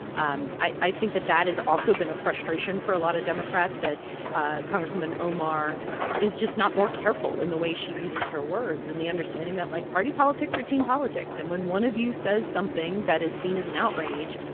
um i i think that that has also been a frustration for a lot of democrats, that ah congresswoman omar is just not more careful in the way she uses her words and the understanding that, like, party politics or team politics. and when one of you says something that is seen as an outrage,